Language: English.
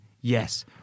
Yes